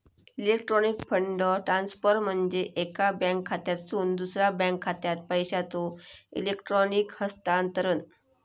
electronic fund transfer म्हणजे एका bank खात्यातसून दुसरा बँक खात्यात पैशांचो इलेक्ट्रॉनिक हस्तांतरण